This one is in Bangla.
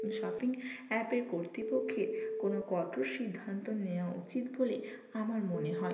শপিং অ্যাপের কর্তিপক্ষের কোনো কঠোর সিদ্ধান্ত নেওয়া উচিত বলে আমার মনে হয়